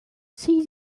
see